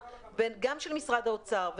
גם של משרד האוצר,